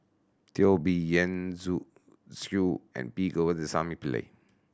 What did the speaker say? Teo Bee Yen Zhu Xu and P Govindasamy Pillai